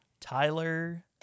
Tyler